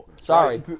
Sorry